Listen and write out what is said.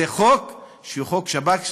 זה חוק שהוא חוק שב"כ,